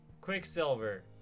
Quicksilver